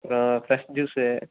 அப்புறம் fresh juice